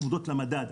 צמודות למדד.